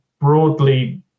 broadly